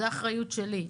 זו אחריות שלי.